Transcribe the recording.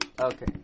Okay